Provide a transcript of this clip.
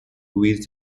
with